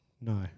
No